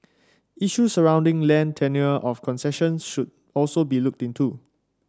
issues surrounding land tenure of concessions should also be looked into